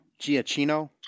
Giacchino